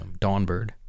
Dawnbird